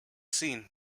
seen